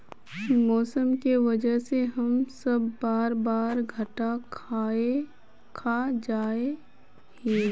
मौसम के वजह से हम सब बार बार घटा खा जाए हीये?